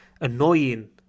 annoying